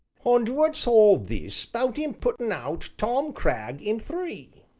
and what's all this bout him putting out tom cragg, in three?